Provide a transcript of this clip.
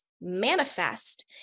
manifest